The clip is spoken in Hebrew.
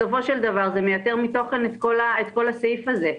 בסופו של דבר זה מייתר מתוכן את כל הסעיף הזה.